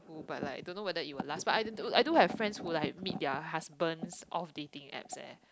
who but like don't know it will last but I do I do have friends who like meet their husbands